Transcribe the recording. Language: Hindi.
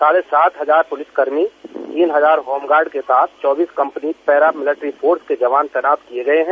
साढ़े सात हजार पलिस कर्मी तीन हजार होमगार्ड के साथ चौबीस कंपनी पैराभिलिट्री फोर्स के जवान तैनात किये गये हैं